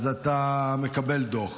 אז אתה מקבל דוח.